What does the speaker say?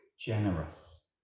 generous